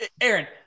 Aaron